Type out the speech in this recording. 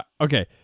Okay